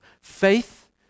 Faith